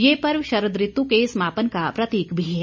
ये पर्व शरद ऋतु के समापन का प्रतीक भी है